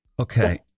Okay